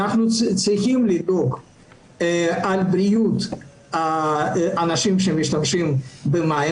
אנחנו צריכים לדאוג לבריאות האנשים שמשתמשים במים.